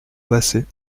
basset